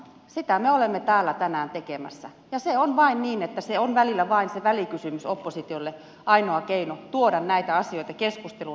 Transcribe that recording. sitä me olemme täällä tänään tekemässä ja se vain on niin että se on välillä se välikysymys oppositiolle ainoa keino tuoda näitä asioita keskusteluun